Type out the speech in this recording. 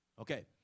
Okay